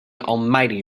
almighty